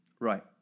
Right